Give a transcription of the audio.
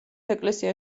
ეკლესია